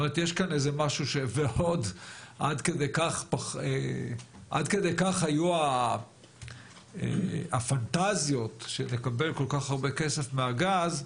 ועוד עד כדי כך היו הפנטזיות שנקבל כל כך הרבה כסף מהגז,